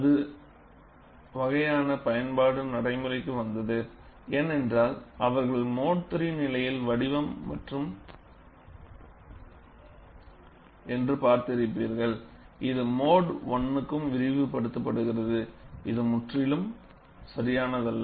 அந்த வகையான பயன்பாடு நடைமுறைக்கு வந்தது ஏனென்றால் அவர்கள் மோடு III நிலையில் வடிவம் வட்டம் என்று பார்த்திருப்பார்கள் இது மோடு I க்கும் விரிவுபடுத்தப்படுகிறது இது முற்றிலும் சரியானதல்ல